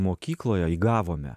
mokykloje įgavome